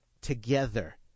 Together